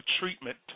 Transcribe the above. treatment